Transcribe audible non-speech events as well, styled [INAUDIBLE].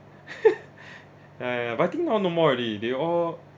[LAUGHS] ya ya ya but I think now no more already they all